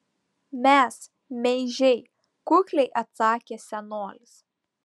mes meižiai kukliai atsakė senolis